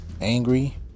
angry